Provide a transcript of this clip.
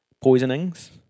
poisonings